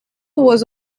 was